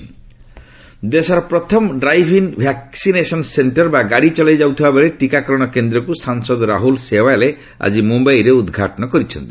parking vaccination ଦେଶର ପ୍ରଥମ drive in vaccination centre ବା ଗାଡ଼ି ଚଳାଇ ଯାଉଥିବା ବେଳେ ଟିକାକରଣ କେନ୍ଦ୍ରକୁ ସାଂସଦ ରାହୁଲ ସେୱାଲେ ଆଜି ମୁମ୍ଭାଇରେ ଉଦ୍ଘାଟନ କରିଛନ୍ତି